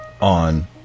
on